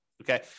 okay